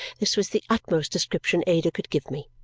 this was the utmost description ada could give me.